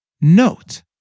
Note